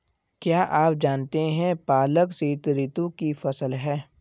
क्या आप जानते है पालक शीतऋतु की फसल है?